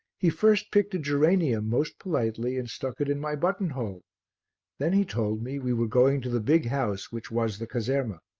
he first picked a geranium most politely and stuck it in my button-hole then he told me we were going to the big house which was the caserma.